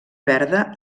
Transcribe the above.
verda